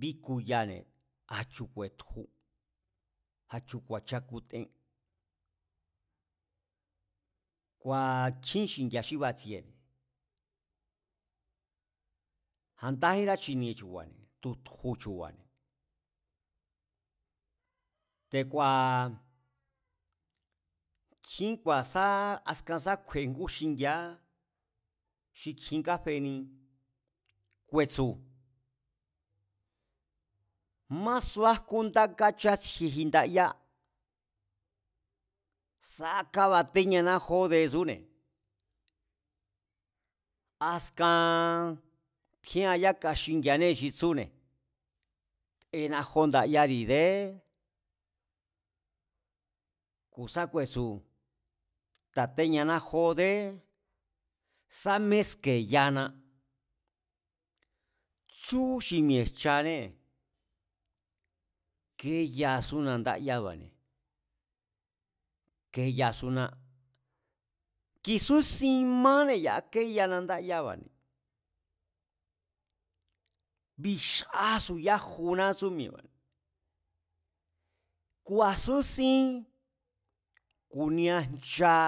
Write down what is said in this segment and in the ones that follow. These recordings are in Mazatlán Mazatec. Bíkuyane̱ a̱chu̱ ku̱e̱tju, a̱chu̱ ku̱a̱chakuten, kua̱ nkjín xingi̱a̱anée̱ xi batsiene̱, a̱ndájerá chinie xi chu̱ba̱ne̱, tutju chu̱ba̱ne̱. Te̱ku̱a̱ kjín ku̱a, askan sá kju̱e̱e ngú xingi̱a̱á xi kjin káfeni, ku̱e̱tsu̱, másua jkú nda káchátsjieji ndaya, sá kábatéñana jó de, tsúne̱, askan tjían yáka xingi̱a̱ xí tsúne̱, téná jó ndayári̱ déé, ku̱ sa ku̱e̱tsu̱, ta̱téñana jó déé sá mé ske̱yana, tsúx i mi̱e̱jchanée̱, keyasúna ndáyába̱ne̱, kéyasúna̱, ki̱súsin máne̱ ya̱a keyana ndáyába̱ne̱, bixásu yajuna tsú mi̱e̱ba̱ne̱, ku̱a̱súsín ku̱nia jncha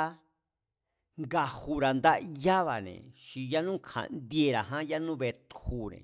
nga̱ju̱ra̱ ndayába̱ne̱, xi yanú kja̱ndiera̱ ján xi yánú betjune̱